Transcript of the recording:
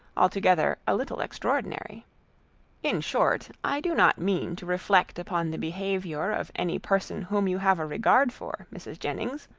altogether a little extraordinary in short, i do not mean to reflect upon the behaviour of any person whom you have a regard for, mrs. jennings.